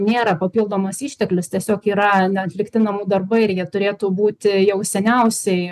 nėra papildomas išteklius tiesiog yra neatlikti namų darbai ir jie turėtų būti jau seniausiai